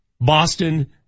Boston